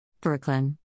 Brooklyn